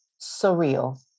surreal